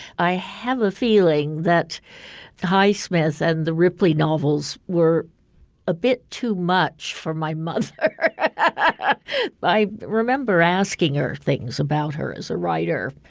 i have a feeling that the highsmith's and the ripley novels were a bit too much for my mother. ah i i remember asking her things about her as a writer.